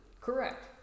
Correct